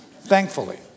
thankfully